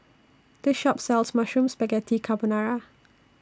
This Shop sells Mushroom Spaghetti Carbonara